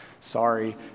Sorry